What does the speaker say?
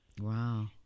wow